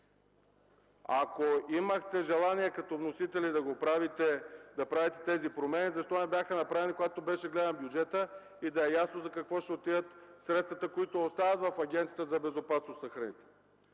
Ако имахте желание като вносители да правите тези промени, защо не бяха направени, когато беше гледан бюджетът и да е ясно за какво ще отидат средствата, които остават в Агенцията по безопасност на храните?